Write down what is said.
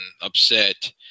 upset